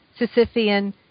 Sisyphean